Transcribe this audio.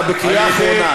אתה בקריאה אחרונה.